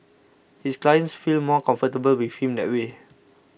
his clients feel more comfortable with him that way